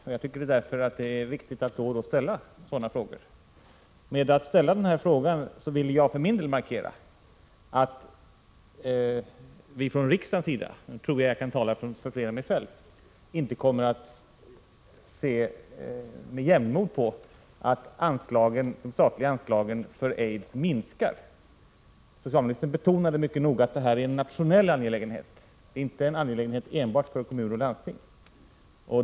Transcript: Därför anser jag att det är viktigt att då och då ställa sådana frågor. Jag ville genom att ställa denna fråga för min del markera att vi från riksdagen sida — jag tror att jag kan tala för fler än mig själv — inte kommer att se med jämnmod på att — Prot. 1986/87:110 de statliga anslagen för aidsbekämpningen minskar. Socialministern betona — 24 april 1987 de mycket noga att detta är en nationell angelägenhet — inte en angelägenhet enbart för kommuner och landsting.